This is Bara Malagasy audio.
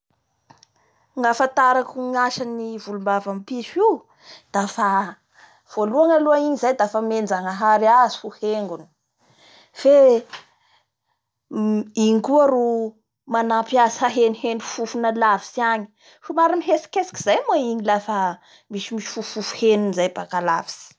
Ny afatarako ny asan'ny volombavan'ny piso io! dafa voalohany aloha igny zay dafa nomenjanahary azy ho hengony, fe m- igny koa ro nanampy azy hahenoheno fofona alavitsy agny, somary mihetsiketsiky zay moa igny lafa misimisy fofof henony zay baka aavitsy.